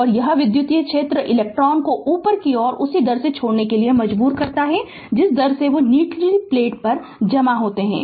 और यह विद्युत क्षेत्र इलेक्ट्रॉनों को ऊपरी प्लेट को उसी दर से छोड़ने के लिए मजबूर करता है जिस दर पर वे निचली प्लेट पर जमा होते हैं